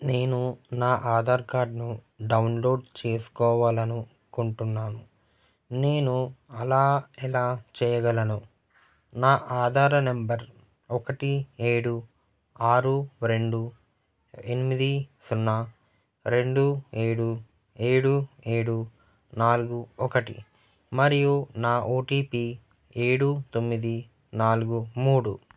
నేను నా ఆధార్ కార్డ్ను డౌన్లోడ్ చేసుకోవాలి అనుకుంటున్నాను నేను అలా ఎలా చేయగలను నా ఆధార్ నెంబర్ ఒకటి ఏడు ఆరు రెండు ఎనిమిది సున్నా రెండు ఏడు ఏడు ఏడు నాలుగు ఒకటి మరియు నా ఓ టీ పీ ఏడు తొమ్మిది నాలుగు మూడు